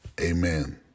Amen